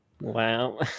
Wow